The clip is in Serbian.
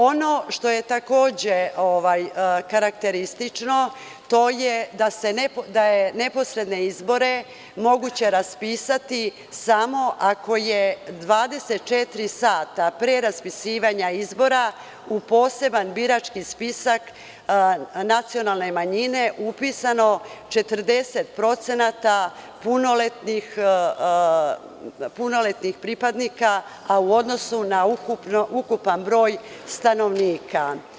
Ono što je takođe karakteristično, to je da je neposredne izbore moguće raspisati samo ako je 24 sata pre raspisivanja izbora u poseban birački spisak nacionalne manjine upisano 40% punoletnih pripadnika, a u odnosu na ukupan broj stanovnika.